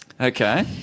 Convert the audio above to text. Okay